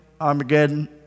Armageddon